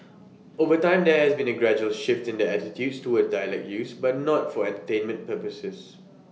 over time there has been A gradual shift in attitudes towards dialect use but not for entertainment purposes